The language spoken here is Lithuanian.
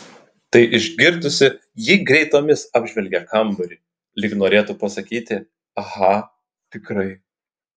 tai išgirdusi ji greitomis apžvelgia kambarį lyg norėtų pasakyti aha tikrai